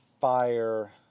fire